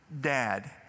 Dad